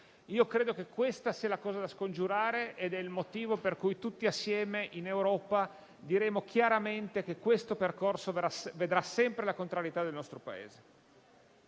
Credo che questa sia la cosa da scongiurare ed è il motivo per cui tutti insieme, in Europa, diremo chiaramente che questo percorso vedrà sempre la contrarietà del nostro Paese.